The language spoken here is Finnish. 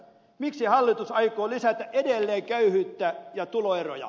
miksi hallitus aikoo lisätä edelleen köyhyyttä ja tuloeroja